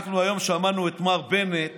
אנחנו היום שמענו את מר בנט